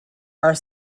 are